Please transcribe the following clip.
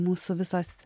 mūsų visos